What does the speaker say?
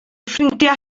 ffrindiau